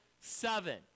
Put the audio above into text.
seven